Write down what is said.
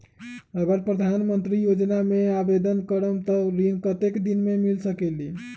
अगर प्रधानमंत्री योजना में आवेदन करम त ऋण कतेक दिन मे मिल सकेली?